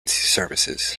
services